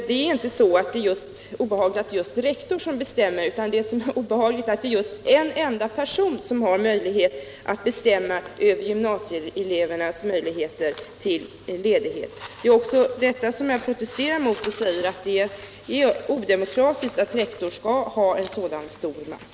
Herr talman! Det är inte obehagligt att just rektor bestämmer, utan det är obehagligt att en enda person kan bestämma över gymnasieelevernas möjligheter till ledighet. Det är också detta som jag protesterar mot, och jag säger att det är odemokratiskt att rektor skall ha en sådan stor makt.